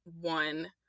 one